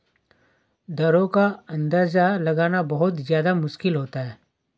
दरों का अंदाजा लगाना बहुत ज्यादा मुश्किल होता है